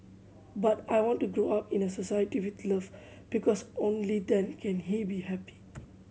but I want to grow up in a society with love because only then can he be happy